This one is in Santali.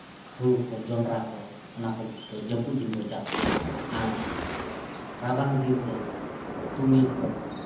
ᱦᱳᱲᱳ ᱠᱚ ᱡᱚᱸᱰᱨᱟ ᱠᱚ ᱚᱱᱟ ᱠᱚ ᱡᱚᱛᱚ ᱡᱟᱹᱯᱩᱫ ᱫᱤᱱ ᱵᱚ ᱪᱟᱥᱟ ᱟᱨ ᱨᱟᱵᱟᱝ ᱫᱤᱱ ᱫᱚ ᱛᱩᱲᱤ ᱠᱚ